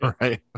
right